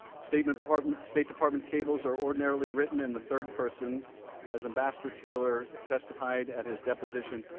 state but department state department cables are ordinarily written in the third person as ambassador taylor testified at his deposition.